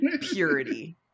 purity